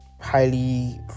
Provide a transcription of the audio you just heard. Highly